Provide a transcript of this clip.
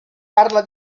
parla